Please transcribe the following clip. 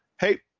Hey